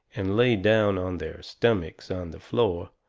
and lay down on their stummicks on the floor,